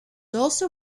also